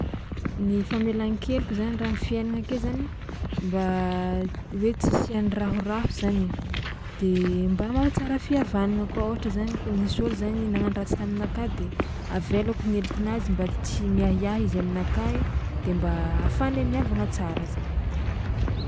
Ny famelan-keloka zany raha am'fiaignana ake zany mba hoe tsy isian'ny rahoraho zany de mba mahatsara fihavagnana koa ohatra zany nisy ôlo zany nagnano ratsy taminakahy de avelako ny helokinazy mba tsy miahiahy izy aminakahy de mba ahafahanay miavagna tsara zany.